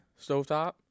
Stovetop